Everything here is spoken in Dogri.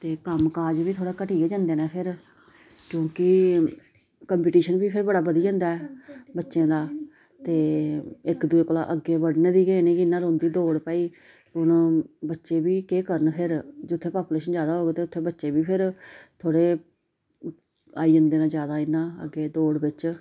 ते कम्म काज बी थोह्ड़ा घट्टी गै जंदे न फिर क्योंकि कम्पीटीशन बी फिर बड़ा बधी जंदा ऐ बच्चें दा ते इक दुऐ कोला अग्गें बढ़ने दी गै इ'नें गी इ'यां रौंह्दी दौड़ भाई हून बच्चे बी केह् करन फिर जित्थै पापुलेशन जैदा होग ते उत्थै बच्चे बी फिर थोह्डे़ आई जंदे न जैदा इ'यां दौड़ बिच्च